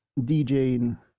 DJing